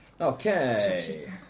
Okay